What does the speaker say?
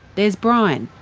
there's brian,